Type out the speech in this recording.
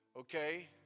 okay